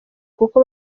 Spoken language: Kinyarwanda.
kuko